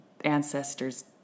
ancestors